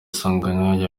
sanganya